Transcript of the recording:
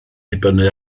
dibynnu